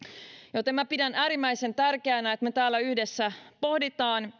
joten minä pidän äärimmäisen tärkeänä että me täällä yhdessä pohdimme